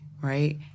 right